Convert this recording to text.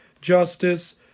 justice